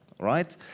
Right